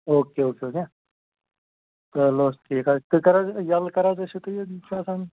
okay okay okay چلو حظ ٹھیٖک حظ چھُ تیٚلہِ کَر حظ یَلہٕ کَر حظ ٲسِو تُہۍ چھُ آسان